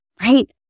right